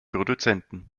produzenten